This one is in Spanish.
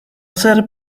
ser